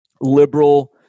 liberal